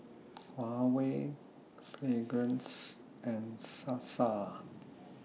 Huawei Fragrance and Sasa